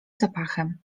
zapachem